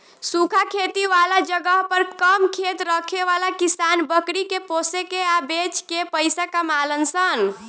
सूखा खेती वाला जगह पर कम खेत रखे वाला किसान बकरी के पोसे के आ बेच के पइसा कमालन सन